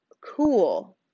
cool